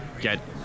get